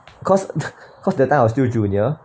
cause cause that time I was still junior